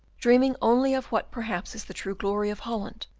dreaming only of what perhaps is the true glory of holland,